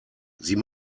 sie